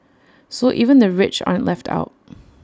so even the rich aren't left out